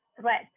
threat